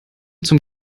zum